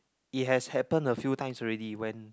it has happened a few times already when